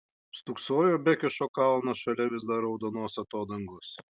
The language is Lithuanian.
stūksojo bekešo kalnas šalia vis dar raudonos atodangos